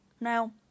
Now